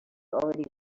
already